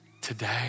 Today